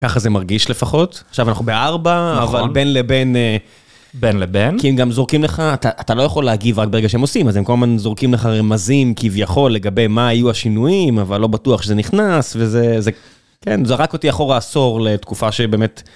ככה זה מרגיש לפחות, עכשיו אנחנו בארבע, אבל בין לבין... בין לבין. כי הם גם זורקים לך, אתה לא יכול להגיב רק ברגע שהם עושים, אז הם כל הזמן זורקים לך רמזים כביכול לגבי מה היו השינויים, אבל לא בטוח שזה נכנס וזה... כן, זרק אותי אחורה עשור לתקופה שבאמת...